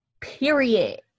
period